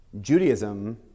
Judaism